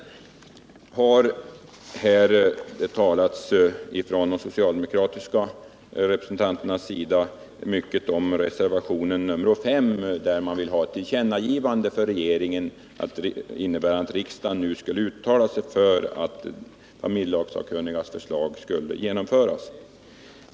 De socialdemokratiska representanterna har talat mycket om reservationen 5, där man vill ha ett tillkännagivande för regeringen, innebärande att riksdagen skulle uttala sig för att familjelagssakkunnigas förslag skulle genomföras.